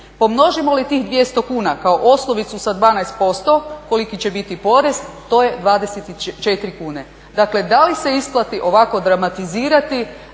Pomnožimo li tih 200 kuna kao osnovicu sa 12% koliki će biti porez to je 24 kune. Dakle, da li se isplati ovako dramatizirati